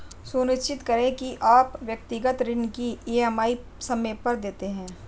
सुनिश्चित करें की आप व्यक्तिगत ऋण की ई.एम.आई समय पर देते हैं